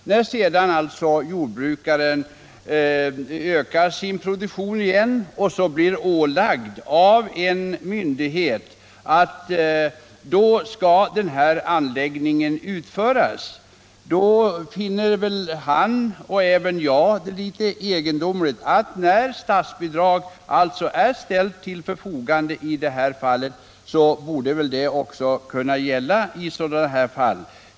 När jordbrukaren sedan ökar sin produktion igen och blir ålagd av en myndighet att uppföra en sådan här anläggning, finner han det litet egendomligt — och det gör jag också — att han inte får något statsbidrag. Han tycker att det borde utgå även i hans fall.